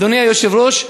אדוני היושב-ראש,